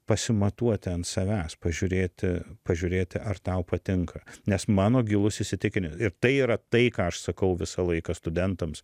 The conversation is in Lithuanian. pasimatuoti ant savęs pažiūrėti pažiūrėti ar tau patinka nes mano gilus įsitikin ir tai yra tai ką aš sakau visą laiką studentams